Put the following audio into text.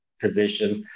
positions